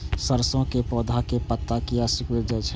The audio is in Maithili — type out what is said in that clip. सरसों के पौधा के पत्ता किया सिकुड़ जाय छे?